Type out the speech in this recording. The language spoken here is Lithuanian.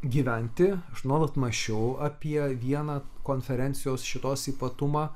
gyventi aš nuolat mąsčiau apie vieną konferencijos šitos ypatumą